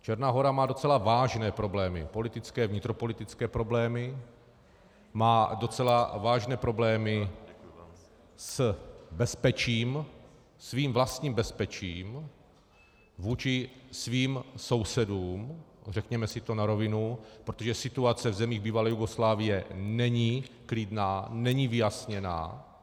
Černá Hora má docela vážné problémy politické, vnitropolitické problémy, má docela vážné problémy se svým vlastním bezpečím vůči svým sousedům, řekněme si na to na rovinu, protože situace v zemích bývalé Jugoslávie není klidná, není vyjasněná.